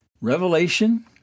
Revelation